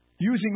using